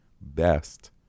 Best